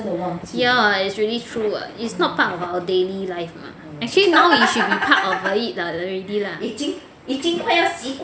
ya it's really true [what] it's not part of our daily life mah actually now it should be part of it already lah